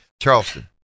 Charleston